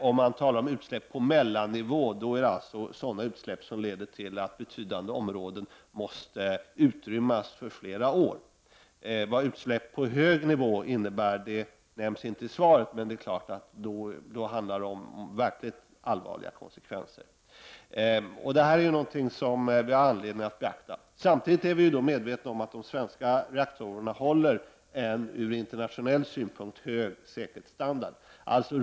När man talar om utsläpp på mellannivå handlar det alltså om utsläpp som leder till att betydande områden måste utrymmas för flera år framöver. Vad utsläpp på hög nivå skulle innebära nämns inte i svaret, men det är klart att det då handlar om verkligt allvarliga konsekvenser. Det här är någonting som vi har anledning att beakta. Samtidigt är vi medvetna om att de svenska reaktorerna vid en internationell jämförelse håller hög säkerhetsstandard.